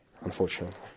unfortunately